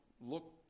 look